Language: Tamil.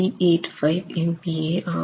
385 MPa ஆகும்